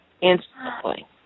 Instantly